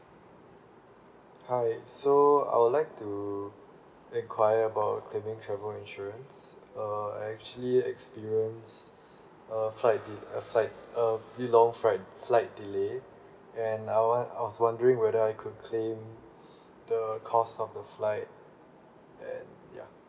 hi so I would like to enquire about claiming travel insurance uh I actually experience uh flight de~ uh flight uh the long flight flight delay and I won~ I was wondering whether I could claim the cost of the flight and ya